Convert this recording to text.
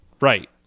Right